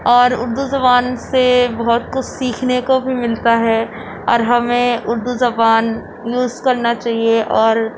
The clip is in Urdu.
اور اردو زبان سے بہت کچھ سیکھنے کو بھی ملتا ہے اور ہمیں اردو زبان یوز کرنا چاہیے اور